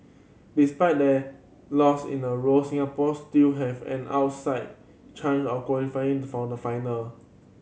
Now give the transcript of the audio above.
despite their loss in a row Singapore still have an outside chance of qualifying to for the final